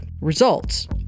results